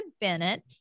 Bennett